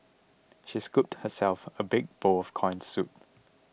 she scooped herself a big bowl of Corn Soup